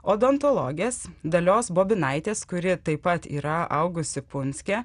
odontologės dalios bobinaitės kuri taip pat yra augusi punske